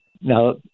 Now